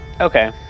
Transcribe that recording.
Okay